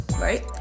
right